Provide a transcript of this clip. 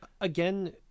again